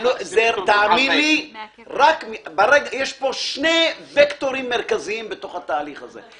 יש פה שני וקטורים מרכזיים בתהליך הזה: